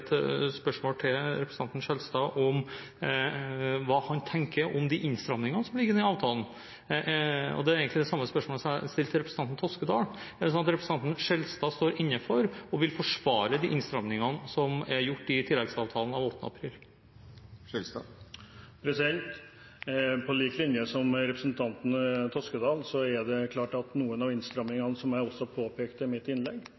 spørsmål til representanten Skjelstad om hva han tenker om de innstrammingene som ligger i avtalen, og det er egentlig det samme spørsmålet som jeg stilte til representanten Toskedal: Er det slik at representanten Skjelstad står inne for og vil forsvare de innstrammingene som er gjort i tilleggsavtalen og åpnet opp for? På lik linje med representanten Toskedal, vil jeg si at det er klart at noen av innstrammingene, og som jeg også påpekte i mitt innlegg,